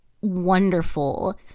wonderful